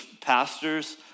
pastors